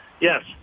Yes